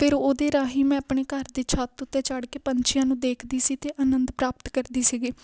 ਫਿਰ ਉਹਦੇ ਰਾਹੀਂ ਮੈਂ ਆਪਣੇ ਘਰ ਦੀ ਛੱਤ ਉਤੇ ਚੜ ਕੇ ਪੰਛੀਆਂ ਨੂੰ ਦੇਖਦੀ ਸੀ ਤੇ ਆਨੰਦ ਪ੍ਰਾਪਤ ਕਰਦੀ ਸੀਗੀ